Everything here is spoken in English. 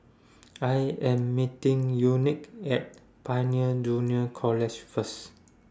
I Am meeting Unique At Pioneer Junior College First